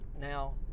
Now